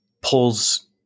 pulls